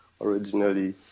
originally